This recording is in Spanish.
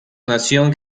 nación